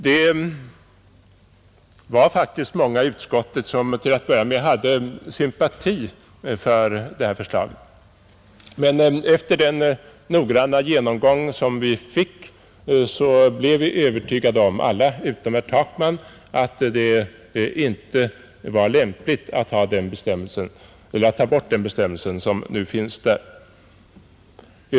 Många ledamöter i utskottet hyste faktiskt till att börja med sympatier för detta förslag, men efter den noggranna genomgång vi fick blev alla utom herr Takman övertygade om att det inte var lämpligt att ta bort den bestämmelse som nu finns i lagen.